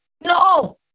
No